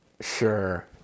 Sure